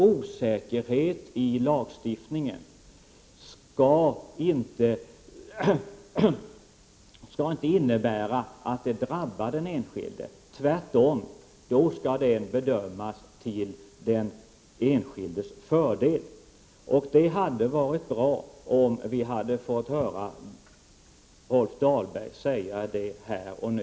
Osäkerhet i lagstiftningen skall inte innebära att den drabbar den enskilde, tvärtom. I sådana fall skall man göra en bedömning som är till den enskildes fördel. Det hade varit bra om vi hade fått höra även Rolf Dahlberg säga det här och nu.